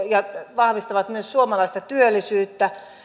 vahvistavat myös suomalaista työllisyyttä